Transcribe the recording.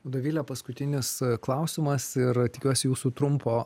dovile paskutinis klausimas ir tikiuosi jūsų trumpo